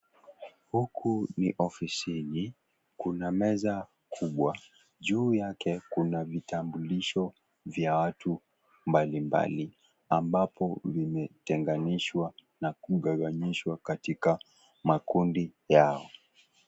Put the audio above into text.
Huku ni ofisini kuna meza kubwa. Juu yake kuna vitambulisho vya watu mbalimbali ambavyo vimetenganishwa na kugawanishwa katikati makundi yao.